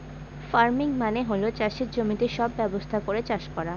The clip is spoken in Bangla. ফার্মিং মানে হল চাষের জমিতে সব ব্যবস্থা করে চাষ করা